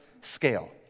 scale